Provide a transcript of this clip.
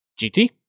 GT